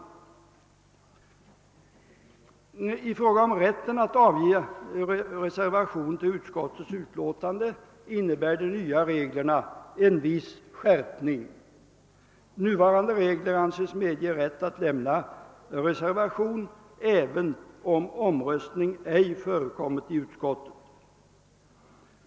Förslaget innebär en viss skärpning i fråga om rätten att avge reservation till utskottsutlåtande. De nuvarande reglerna anses medge rätt att lämna reservation även om omröstning ej förekommit i utskottet.